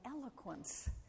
eloquence